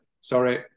sorry